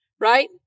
Right